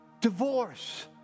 divorce